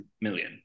million